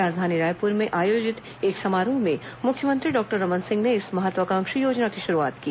राजधानी रायपुर में आयोजित एक समारोह में मुख्यमंत्री डॉक्टर रमन सिंह ने इस महत्वाकांक्षी योजना की शुरूआत की